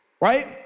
right